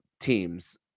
teams